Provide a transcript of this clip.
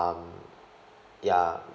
ya